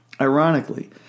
Ironically